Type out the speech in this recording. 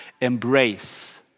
embrace